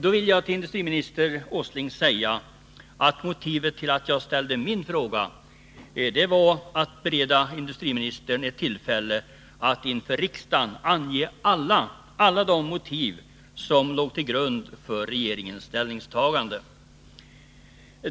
Då vill jag till industriminister Åsling säga att motivet till att jag ställde min fråga var att bereda industriministern ett tillfälle att inför riksdagen ange alla de motiv som låg till grund för regeringens ställningstagande.